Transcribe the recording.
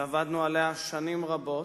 שעבדנו עליה שנים רבות.